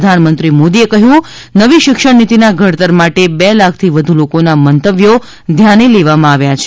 પ્રધાનમંત્રી નરેન્દ્ર મોદીએ કહ્યું હતું કે નવી શિક્ષણ નીતિના ઘડતર માટે બે લાખથી વધુ લોકોના મંતવ્યો ધ્યાને લેવામાં આવ્યાં છે